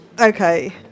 Okay